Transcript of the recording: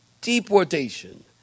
Deportation